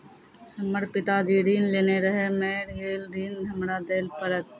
हमर पिताजी ऋण लेने रहे मेर गेल ऋण हमरा देल पड़त?